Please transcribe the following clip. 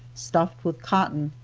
stuffed with cotton,